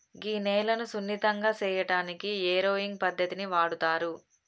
గీ నేలను సున్నితంగా సేయటానికి ఏరోయింగ్ పద్దతిని వాడుతారు